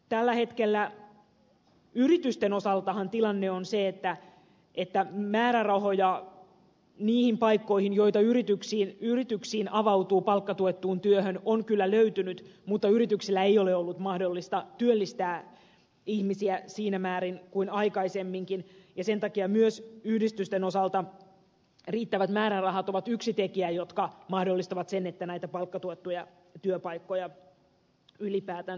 tällä hetkellä yritysten osaltahan tilanne on se että määrärahoja niihin paikkoihin joita yrityksiin avautuu palkkatuettuun työhön on kyllä löytynyt mutta yrityksillä ei ole ollut mahdollista työllistää ihmisiä siinä määrin kuin aikaisemminkin ja sen takia myös yhdistysten osalta riittävät määrärahat on yksi tekijä joka mahdollistaa sen että näitä palkkatuettuja työpaikkoja ylipäätänsä on